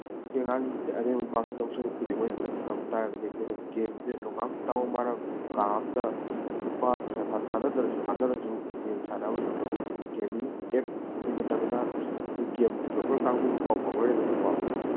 ꯁꯤ ꯑꯉꯥꯡꯁꯤꯡꯁꯦ ꯑꯔꯦꯝꯕꯗ ꯃꯥꯡꯍꯟꯗꯧ ꯁꯔꯨꯛꯄꯨꯗꯤ ꯃꯈꯣꯏꯅ ꯐꯖꯅ ꯇꯝꯕ ꯇꯥꯔꯒꯗꯤ ꯑꯩꯈꯣꯏꯅ ꯒꯦꯝꯁꯦ ꯅꯣꯡꯉꯥꯟꯕꯗꯒꯤ ꯅꯨꯃꯤꯠ ꯇꯥꯕꯐꯥꯎ ꯃꯥꯅ ꯀꯥ ꯑꯃꯗ ꯂꯨꯄꯥ ꯄꯩꯁꯥ ꯊꯥꯗꯗ꯭ꯔꯁꯨ ꯊꯥꯗꯔꯁꯨ ꯒꯦꯝ ꯁꯥꯟꯅꯕ ꯃꯇꯝꯗ ꯑꯩꯈꯣꯏꯒꯤ ꯒꯦꯃꯤꯡ ꯑꯦꯞ ꯑꯩꯈꯣꯏ ꯅꯠꯇ꯭ꯔꯒꯅ ꯑꯩꯈꯣꯏ ꯒꯦꯝ ꯗꯤꯕ꯭ꯂꯞꯄꯔ ꯀꯥꯡꯕꯨꯒ ꯄꯥꯎ ꯐꯥꯎꯅꯔꯦꯗꯅꯀꯣ